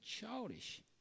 childish